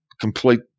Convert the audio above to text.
complete